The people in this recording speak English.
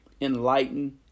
enlighten